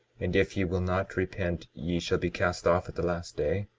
and if ye will not repent, ye shall be cast off at the last day?